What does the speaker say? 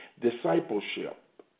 discipleship